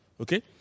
okay